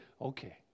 okay